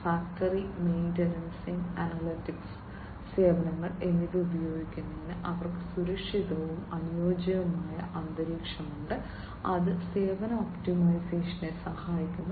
factory maintenance analytical സേവനങ്ങൾ എന്നിവ ഉപയോഗിക്കുന്നതിന് അവർക്ക് സുരക്ഷിതവും അനുയോജ്യവുമായ അന്തരീക്ഷമുണ്ട് അത് സേവന ഒപ്റ്റിമൈസേഷനെ സഹായിക്കുന്നു